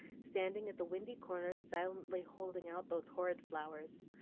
standing at the windy corners silently holding out those horrid flowers.